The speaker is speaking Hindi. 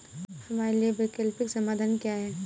हमारे लिए वैकल्पिक समाधान क्या है?